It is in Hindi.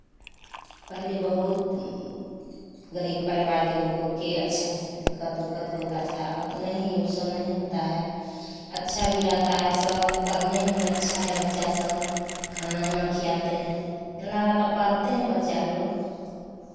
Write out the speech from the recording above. पहले बहुत गरीब परिवार के लोग के अच्छा दिक्कत विक्कत बहुत अच्छा अब नहीं वह सब नहीं होता है अच्छा भी रहता है सब पढ़ने में भी अच्छा है बच्चा सब खाना वना खिलाते हैं दिल लगाकर पढ़ते हैं बच्चा लोग